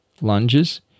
lunges